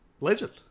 Legend